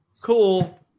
Cool